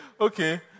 Okay